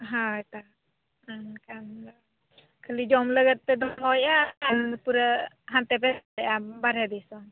ᱦᱳᱭ ᱛᱳ ᱠᱟᱹᱢᱤ ᱠᱟᱱ ᱫᱚ ᱠᱷᱟᱹᱞᱤ ᱡᱚᱢ ᱞᱟᱹᱜᱤᱫ ᱯᱮ ᱫᱚᱦᱚᱭᱮᱜᱼᱟ ᱟᱨ ᱯᱩᱨᱟᱹ ᱦᱟᱱᱛᱮᱯᱮ ᱵᱟᱨᱦᱮ ᱫᱤᱥᱚᱢ